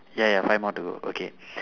ya ya five more to go okay